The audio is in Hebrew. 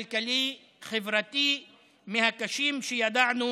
כלכלי וחברתי מהקשים שידענו,